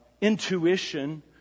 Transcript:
intuition